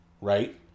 Right